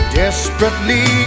desperately